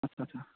আচ্ছা আচ্ছা